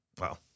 Wow